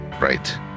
Right